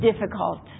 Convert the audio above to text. difficult